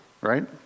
Right